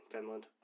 Finland